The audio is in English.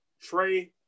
Trey